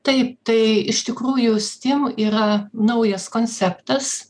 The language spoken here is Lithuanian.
taip tai iš tikrųjų stim yra naujas konceptas